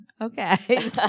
okay